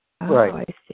Right